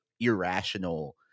irrational